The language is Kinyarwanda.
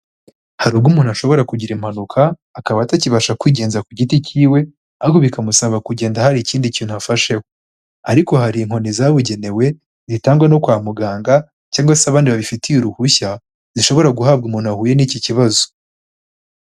Hari ubwo umuntu ashobora kugira impanuka, akaba atakibasha kwigenza ku giti kiwe, ahubwo bikamusaba kugenda hari ikindi kintu afasheho. Ariko hari inkoni zabugenewe, zitangwa no kwa muganga, cyangwa se abandi babifitiye uruhushya, zishobora guhabwa umuntu wahuye n'iki kibazo.